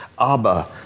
Abba